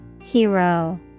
Hero